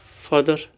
further